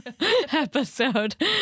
episode